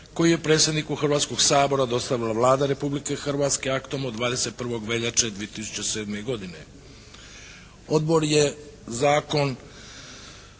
koji je predsjedniku Hrvatskog sabora dostavila Vlada Republike Hrvatske aktom od 21. veljače 2007. godine. Odbor je zakon